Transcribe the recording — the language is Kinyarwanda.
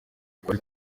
twari